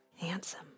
handsome